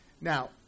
Now